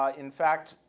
ah in fact,